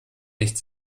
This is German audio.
nicht